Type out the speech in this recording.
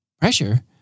Pressure